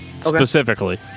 Specifically